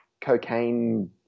cocaine